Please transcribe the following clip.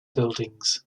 buildings